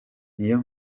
niyo